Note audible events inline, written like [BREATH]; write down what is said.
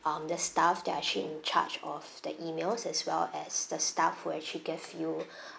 um the staff that are actually in charge of the emails as well as the staff who actually gave you [BREATH]